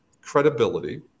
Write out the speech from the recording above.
Credibility